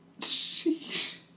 Sheesh